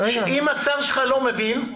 אם השר שלך לא מבין,